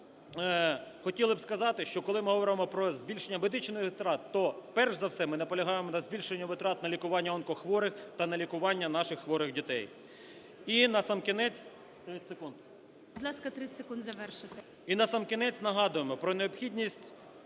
Також хотіли б сказати, що коли ми говоримо про збільшення медичних витрат, то перш за все ми наполягаємо на збільшенні витрат на лікування онкохворих та на лікування наших хворих дітей. І насамкінець… 30 секунд.